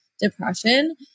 depression